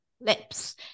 lips